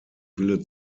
wille